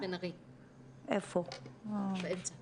אנחנו מייצגים